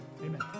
amen